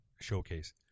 showcase